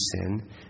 sin